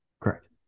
Correct